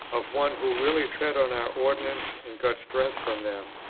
of one who really fed on our ordinances and got strength from them,